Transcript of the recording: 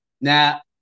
Now